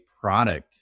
product